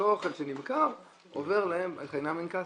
אותו האוכל שנמכר עובר להם חינם אין כסף.